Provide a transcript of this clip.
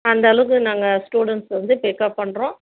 அந்த அளவுக்கு நாங்கள் ஸ்டூடெண்ட்ஸ் வந்து பிக்கப் பண்ணுறோம்